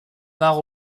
part